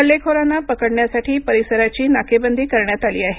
हल्लेखोरांना पकडण्यासाठी परिसराची नाकेबंदी करण्यात आली आहे